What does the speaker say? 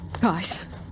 guys